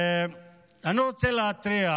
אני רוצה להתריע